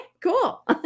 cool